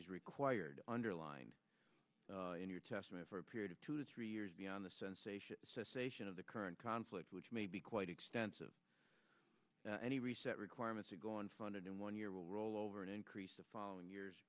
is required underlined in your testimony for a period of two to three years beyond the sensation cessation of the current conflict which may be quite extensive any reset requirement to go on funded in one year will roll over and increase the following years